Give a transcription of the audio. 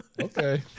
Okay